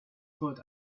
thought